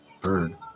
bird